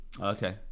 Okay